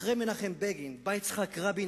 אחרי מנחם בגין בא יצחק רבין,